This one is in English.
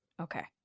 okay